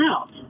out